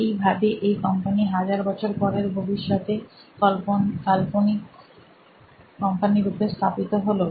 এইভাবে এই কোম্পানি হাজার বছর পরের ভবিষ্যতে কাল্পনিক কোম্পানি রূপে স্থাপিত হলো